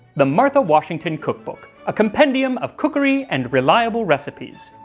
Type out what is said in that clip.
the martha washington cookbook a compendium of cookery and reliable recipes.